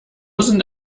sind